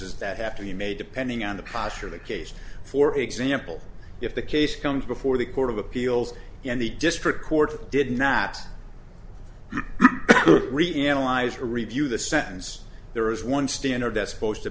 analysis that have to be made depending on the pastor the case for example if the case comes before the court of appeals and the district court did not realize to review the sentence there is one standard that's supposed to